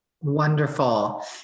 wonderful